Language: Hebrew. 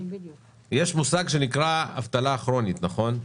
יש מושג שנקרא אבטלה כרונית, נכון?